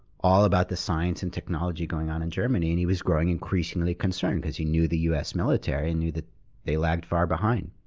all about the science and technology going on in germany. and he was growing increasingly concerned because he knew the us military and knew that they lagged far behind.